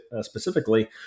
specifically